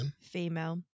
female